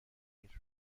نگیر